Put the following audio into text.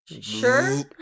Sure